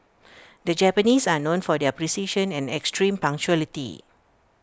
the Japanese are known for their precision and extreme punctuality